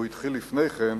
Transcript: הוא התחיל לפני כן,